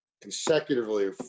consecutively